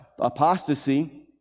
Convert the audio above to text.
apostasy